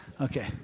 Okay